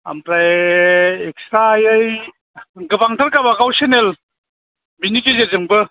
ओमफ्राय फिफायै गोबांथ' गावबा गाव सेनेल बिनि गेजेरजोंबो